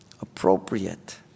appropriate